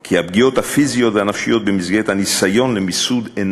כי הפגיעות הפיזיות והנפשיות אינן נעלמות במסגרת הניסיון למיסוד.